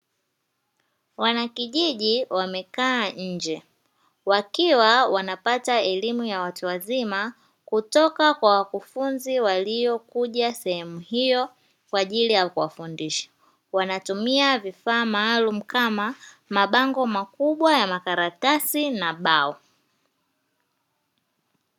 Wanakijiji wamekaa nje wakiwa wanapata elimu ya watu wazima kutoka kwa wakufunzi waliokuja sehemu hiyo kwa ajili ya kuwafundisha, wanatumia vifaa maalumu kama mabango makubwa ya karatasi na ubao.